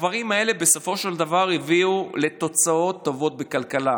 הדברים האלה הביאו בסופו של דבר לתוצאות טובות בכלכלה.